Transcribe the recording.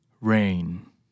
Rain